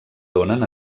donen